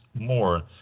more